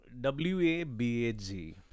W-A-B-A-G